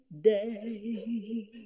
day